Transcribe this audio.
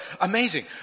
amazing